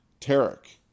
Tarek